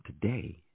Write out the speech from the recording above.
today